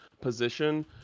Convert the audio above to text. position